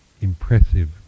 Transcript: impressive